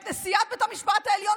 את נשיאת בית המשפט העליון,